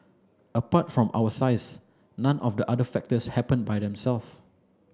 apart from our size none of the other factors happened by them self